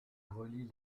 relie